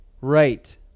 right